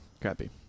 Crappy